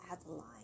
Adeline